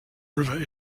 river